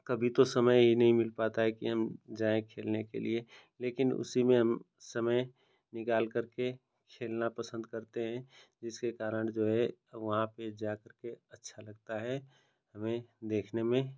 कभी तो समय ही नहीं मिल पाता है कि हम जाएँ खेलने के लिए लेकिन उसी में हम समय निकाल कर के खेलना पसंद करते हैं जिसके कारण जो है वहाँ पर जा के अच्छा लगता है हमें देखने में